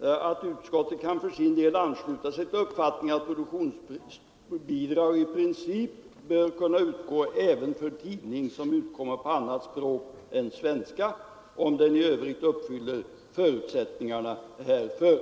att utskottet kan för sin del ansluta sig till uppfattningen att produktionsbidrag i princip bör kunna utgå även för tidning som utkommer på annat språk än svenska, om den i övrigt uppfyller förutsättningarna härför.